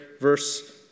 verse